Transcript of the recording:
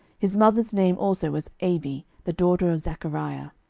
his mother's name also was abi, the daughter of zachariah.